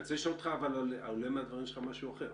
אני רוצה לשאול, עולה מהדברים שלך משהו אחר.